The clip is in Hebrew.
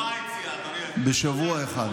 בשבוע אחד.